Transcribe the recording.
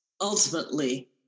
ultimately